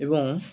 এবং